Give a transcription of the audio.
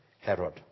Herod